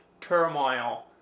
turmoil